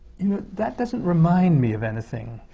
you know that doesn't remind me of anything.